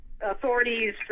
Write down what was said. authorities